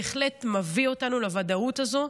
בהחלט מביא אותנו לוודאות הזאת.